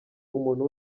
umuntu